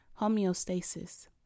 homeostasis